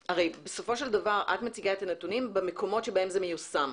בסופו של דבר את מציגה את הנתונים במקומות שבהם זה מיושם.